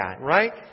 right